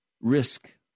Risk